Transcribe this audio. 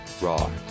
raw